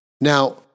Now